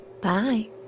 Bye